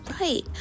right